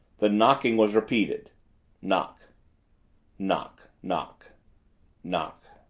the knocking was repeated knock knock knock knock.